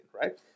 right